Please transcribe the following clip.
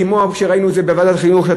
כמו שראינו את זה בוועדת החינוך,